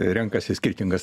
renkasi skirtingas